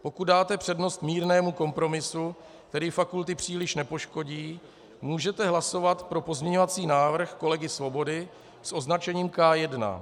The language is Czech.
Pokud dáte přednost mírnému kompromisu, který fakulty příliš nepoškodí, můžete hlasovat pro pozměňovací návrh kolegy Svobody s označením K1.